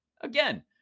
Again